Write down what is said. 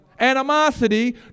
animosity